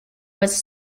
was